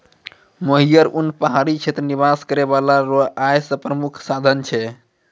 मोहियर उन पहाड़ी क्षेत्र निवास करै बाला रो आय रो प्रामुख साधन छै